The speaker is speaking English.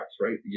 right